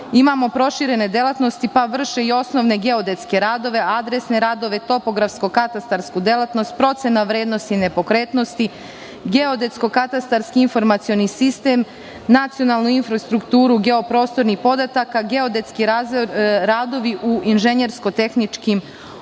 imamo proširene delatnosti, pa vrše i osnovne geodetske radove, adresne radove, topografsko-katastarsku delatnost, procena vrednosti nepokretnosti, geodetsko-katastarski informacioni sistem, nacionalnu infrastrukturu geoprostronih podataka, geodetski radovi u inženjersko-tehničkim oblastima.